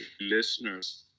listeners